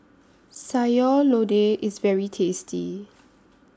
Sayur Lodeh IS very tasty